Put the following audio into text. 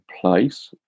place